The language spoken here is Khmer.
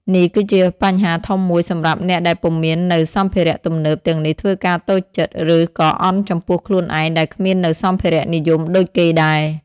នេះគីជាបញ្ហាធំមួយសម្រាប់អ្នកដែលពុំមាននូវសម្ភារៈទំនើបទាំងនេះធ្វើការតូចចិត្តឬក៏អន់ចំពោះខ្លួនឯងដែលគ្មាននៅសម្ភារៈនិយមដូចគេដែរ។